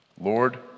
Lord